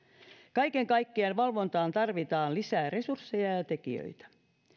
kaiken kaikkiaan valvontaan tarvitaan lisää resursseja ja ja tekijöitä